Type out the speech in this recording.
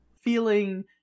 feeling